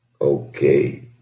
Okay